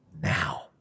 now